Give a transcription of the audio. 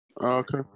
okay